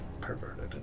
perverted